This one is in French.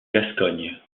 gascogne